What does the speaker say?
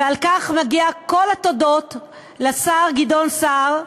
ועל כך מגיעות כל התודות לשר גדעון סער.